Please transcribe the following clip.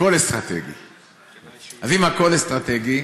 הכול אסטרטגי.